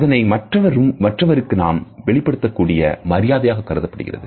அதனை மற்றவருக்கு நாம் வெளிப்படுத்தக்கூடிய மரியாதையாக கருதப்படுகிறது